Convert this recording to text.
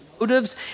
motives